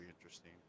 interesting